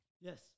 Yes